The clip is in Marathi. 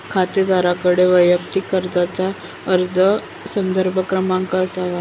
खातेदाराकडे वैयक्तिक कर्जाचा अर्ज संदर्भ क्रमांक असावा